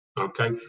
Okay